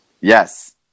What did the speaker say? yes